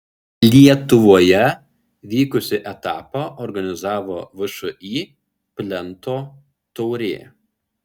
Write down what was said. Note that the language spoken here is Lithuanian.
lietuvoje vykusį etapą organizavo všį plento taurė